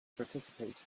participate